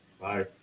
Bye